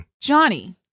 Johnny